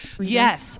Yes